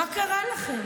מה קרה לכם?